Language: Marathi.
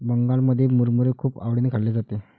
बंगालमध्ये मुरमुरे खूप आवडीने खाल्ले जाते